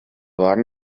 wagen